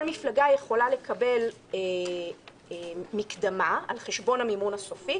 מפלגה יכולה לקבל מקדמה על חשבון המימון הסופי,